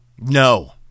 No